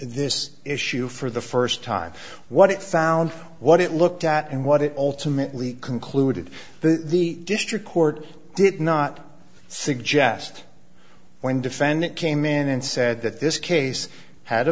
this issue for the first time what it found what it looked at and what it ultimately concluded the district court did not suggest when defendant came in and said that this case had a